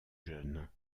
jeunes